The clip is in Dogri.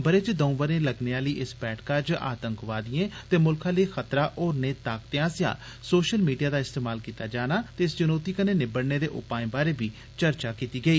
ब'रे च द'ऊं बारी लगने आली इस बैठका च आतंकवादिए ते मुल्खै लेई खतरा होरने ताकतें आसेया सोशल मीडिया दा इस्तमाल कीता जाना ते इस चुनोती कन्ने निबड़ने दे उपाए बारै बी चर्चा कीती गेई